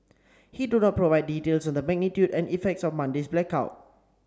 he do not provide details on the magnitude and effects of Monday's blackout